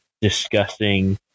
discussing